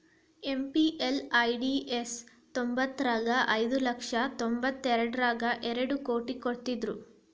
MPLADS ತ್ತೊಂಬತ್ಮುರ್ರಗ ಐದು ಲಕ್ಷ ತೊಂಬತ್ತೆಂಟರಗಾ ಎರಡ್ ಕೋಟಿ ಕೊಡ್ತ್ತಿದ್ರು